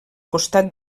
costat